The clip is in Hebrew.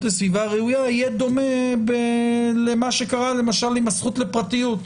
לסביבה ראויה יהיה דומה למה שקרה למשל עם הזכות לפרטיות.